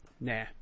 nah